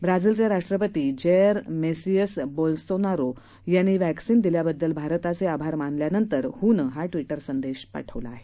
ब्राझीलचे राष्ट्रपती Jair Messias Bolsonaro यांनी व्हॅक्सीन दिल्याबद्दल भारताचे आभार मानल्यानंतर ह्नं हा ट्विटर संदेश पाठवला आहे